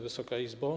Wysoka Izbo!